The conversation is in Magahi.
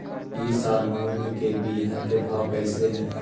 ई साल मूंग के बिहन के भाव कैसे हई?